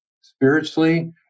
spiritually